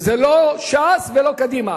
וזה לא ש"ס ולא קדימה,